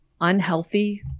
unhealthy